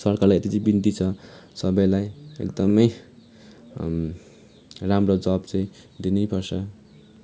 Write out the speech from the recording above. सरकारलाई यति चाहिँ बिन्ती छ सबैलाई एकदमै राम्रो जब चाहिँ दिनैपर्छ